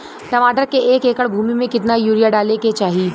टमाटर के एक एकड़ भूमि मे कितना यूरिया डाले के चाही?